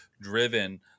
driven